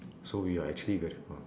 so we are actually very fa~